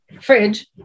fridge